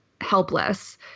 helpless